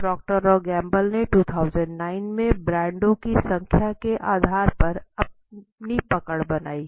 तो Procter and Gamble ने 2009 में ब्रांडों की संख्या के आधार पर अपनी पकड़ बनाई